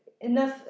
enough